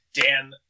Dan